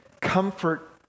comfort